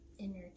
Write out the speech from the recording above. energy